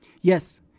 Yes